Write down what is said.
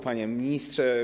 Panie Ministrze!